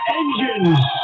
engines